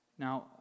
Now